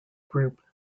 group